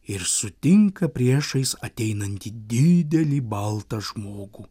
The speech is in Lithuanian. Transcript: ir sutinka priešais ateinantį didelį baltą žmogų